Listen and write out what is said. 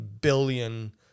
billion